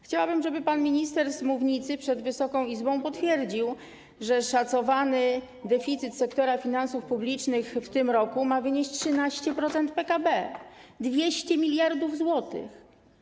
Chciałabym, żeby pan minister z mównicy, przed Wysoką Izbą, potwierdził, że szacowany deficyt sektora finansów publicznych w tym roku ma wynieść 13% PKB, 200 mld zł.